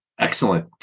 Excellent